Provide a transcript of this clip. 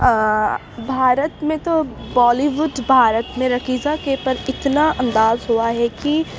بھارت میں تو Bollywood Bharat میں رقیصہ کے پر اتنا انداز ہوا ہے کہ